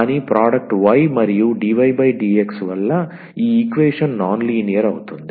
కానీ product y మరియు dydx వల్ల ఈ ఈక్వేషన్ నాన్ లినియర్ అవుతుంది